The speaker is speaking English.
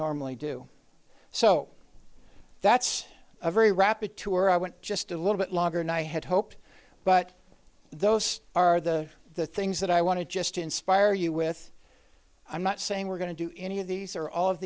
normally do so that's a very rapid tour i went just a little bit longer and i had hope but those are the the things that i want to just inspire you with i'm not saying we're going to do any of these are all of